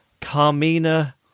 Carmina